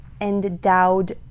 endowed